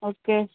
okay